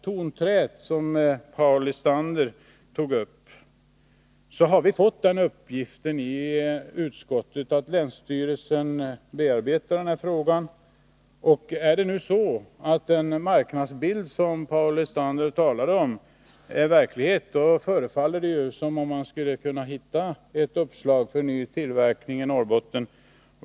tonträ som Paul Lestander berörde, har utskottet fått uppgift om att länsstyrelsen i Norrbotten redan behandlar denna fråga. Är det nu så att den marknadsbild som Paul Lestander talade om är verklighet, förefaller det som om man skulle kunna hitta ett uppslag för ny tillverkning i Norrbotten.